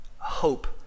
Hope